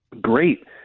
Great